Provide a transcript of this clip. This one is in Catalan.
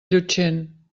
llutxent